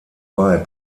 bei